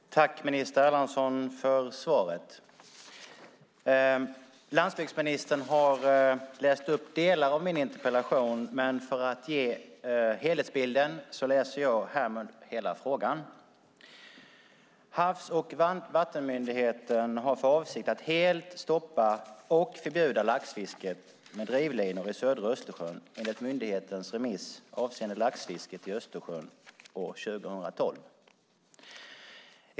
Fru talman! Tack, minister Erlandsson, för svaret! Landsbygdsministern har läst upp delar av min interpellation, men för att ge helhetsbilden läser jag härmed upp hela. Havs och vattenmyndigheten har för avsikt att helt stoppa och förbjuda laxfisket med drivlinor i södra Östersjön enligt myndighetens remiss avseende laxfisket i Östersjön år 2012.